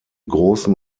großen